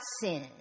sin